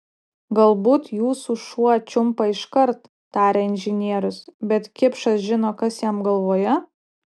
galbūt jūsų šuo čiumpa iškart tarė inžinierius bet kipšas žino kas jam galvoje